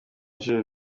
inshuro